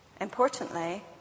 Importantly